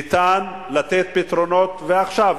ניתן לתת פתרונות, ועכשיו.